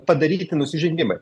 padaryti nusižengimai